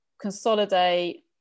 consolidate